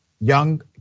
young